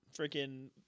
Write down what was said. freaking